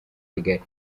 kigali